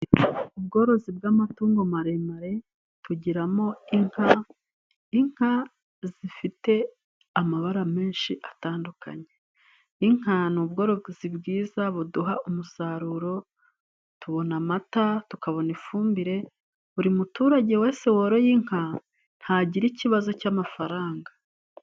Ubworozi bw'amatungo maremare tugiramo inka, inka zifite amabara menshi atandukanye. Inka ni ubworozi bwiza buduha umusaruro, tubona amata tukabona ifumbire, buri muturage wese woroye inka ntagira ikibazo cy'amafaranga.